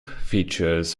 features